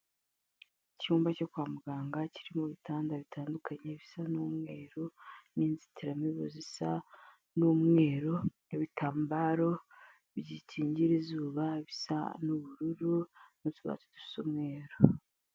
Icyumba cyo kwa muganga kiririmo ibitanda bitandukanye bisa n'umweruru n'inzitiramibu zisa n'umweru n'ibitambaro bikingira izuba bisa n'ubururu n'utubati dusa umweru.